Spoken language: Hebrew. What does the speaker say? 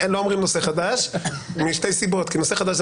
לא אומרים נושא חדש משתי סיבות כי נושא חדש זה